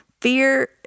Fear